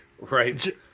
Right